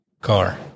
car